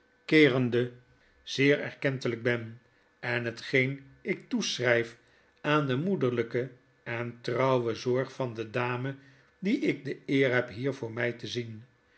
keerende zeer erkentelyk ben en hetgeen ik toeschrijf aan de moederlijke en trouwe zorg van de dame die ik de eer heb hier voor mj te zien